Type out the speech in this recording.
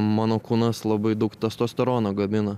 mano kūnas labai daug testosterono gamina